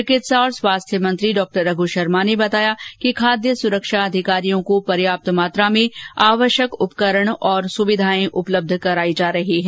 चिकित्सा और स्वास्थ्य मंत्री डॉ रघ शर्मा ने बताया कि खाद्य सुरक्षा अधिकारियों को पर्याप्त मात्रा में आवश्यक उपकरण और सुविधाएं उपलब्ध कराई जा रही है